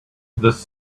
this